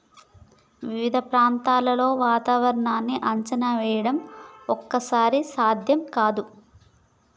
వివిధ ప్రాంతాల్లో వాతావరణాన్ని అంచనా వేయడం ఒక్కోసారి సాధ్యం కాదు